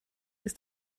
ist